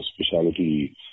specialty